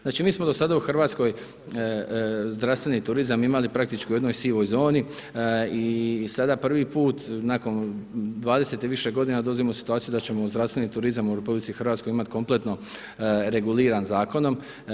Znači, mi smo do sada u RH zdravstveni turizam imali praktički u jednoj sivoj zoni i sada prvi put nakon 20 i više godina dolazimo u situaciju da ćemo u zdravstveni turizam u RH imati kompletno reguliran zakonom.